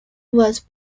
was